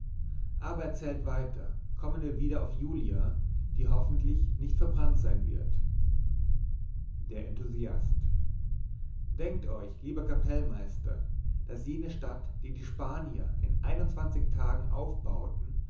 aber erzählt weiter kommen wir wieder auf julia die hoffentlich nicht verbrannt sein wird der enthusiast denkt euch liebster kapellmeister daß jene stadt die die spanier in einundzwanzig tagen aufbauten